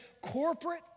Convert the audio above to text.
corporate